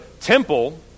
temple